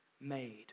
made